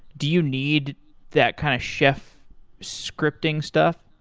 do you need that kind of chef scripting stuff?